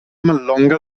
mallonga